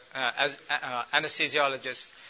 anesthesiologists